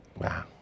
wow